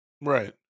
Right